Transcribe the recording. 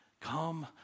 Come